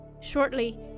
Shortly